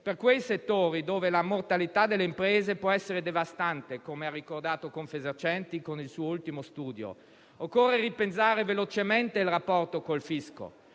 per quei settori dove la mortalità delle imprese può essere devastante, come ha ricordato Confesercenti con il suo ultimo studio. Occorre ripensare velocemente il rapporto col fisco